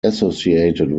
associated